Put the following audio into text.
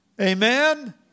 Amen